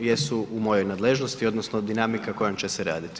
jesu u mojoj nadležnosti, odnosno dinamika kojom će se raditi.